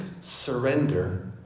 surrender